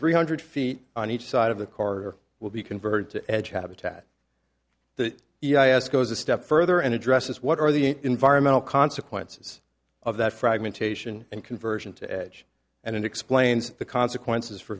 three hundred feet on each side of the car will be converted to edge habitat the e i a s goes a step further and addresses what are the environmental consequences of that fragmentation and conversion to edge and it explains the consequences for